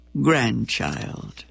grandchild